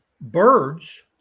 birds